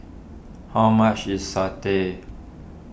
how much is Satay